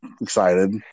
excited